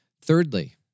Thirdly